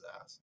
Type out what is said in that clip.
ass